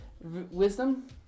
wisdom